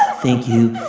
ah thank you.